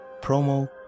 promo